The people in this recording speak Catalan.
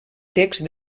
text